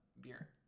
beer